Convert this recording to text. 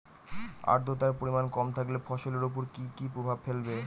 আদ্রর্তার পরিমান কম থাকলে ফসলের উপর কি কি প্রভাব ফেলবে?